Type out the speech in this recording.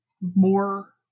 more